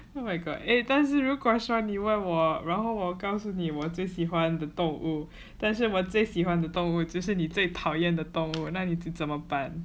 oh my god eh 但是如果说你问我然后我告诉你我最喜欢的动物但是我最喜欢的动物是你最讨厌的动物那你会怎么办